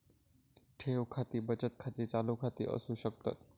ठेव खाती बचत खाती, चालू खाती असू शकतत